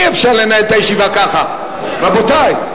אי-אפשר לנהל את הישיבה ככה, רבותי.